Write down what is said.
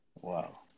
Wow